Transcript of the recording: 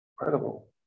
Incredible